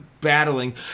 battling